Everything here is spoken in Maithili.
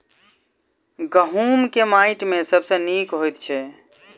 गहूम केँ माटि मे सबसँ नीक होइत छै?